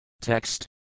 Text